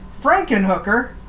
Frankenhooker